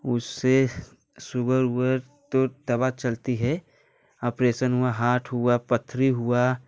उससे शुगर उगर तो दवा चलती है ऑपरेशन हुआ हार्ट हुआ पथरी हुआ